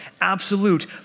absolute